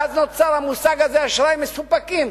ואז נוצר המושג הזה, אשראי מסופקים.